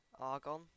Argon